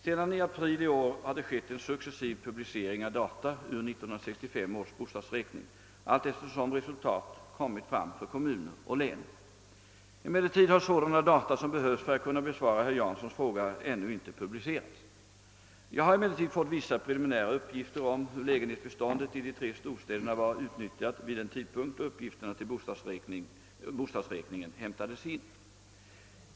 Sedan i april i år har det skett en successiv publicering av data ur 1965 års bostadsräkning, allteftersom resultat kommit fram för kommuner och län. Emellertid har sådana data som behövs för att kunna besvara herr Janssons fråga ännu inte publicerats. Jag har emellertid fått vissa preliminära uppgifter om hur lägenhetsbeståndet i de tre storstäderna var utnyttjat vid den tidpunkt då uppgifterna till bostadsräkningen hämtades in.